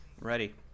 Ready